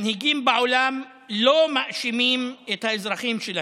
מנהיגים בעולם לא מאשימים את האזרחים שלהם.